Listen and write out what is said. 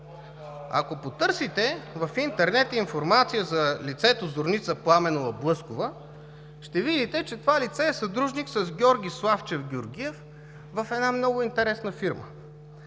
Ако потърсите в Интернет информация за лицето Зорница Пламенова Блъскова, ще видите, че това лице е съдружник с Георги Славчев Георгиев в една много интересна фирма.